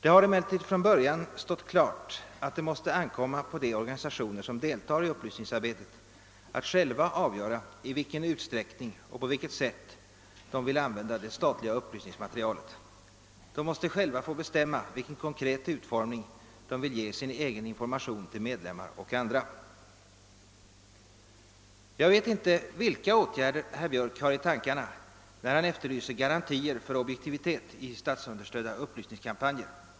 Det har emellertid från början stått klart att det måste ankomma på de organisationer som deltar i upplysningsarbetet att själva avgöra i vilken utsträckning och på vilket sätt de vill använda det statliga upplysningsmaterialet. De måste själva få bestämma vilken konkret utformning de vill ge sin egen information till medlemmar och andra. Jag vet inte vilka åtgärder herr Björck har i tankarna när han efterlyser garantier för objektivitet i statsunderstödda upplysningskampanjer.